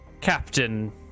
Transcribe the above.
Captain